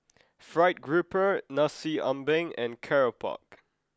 fried grouper Nasi Ambeng and Keropok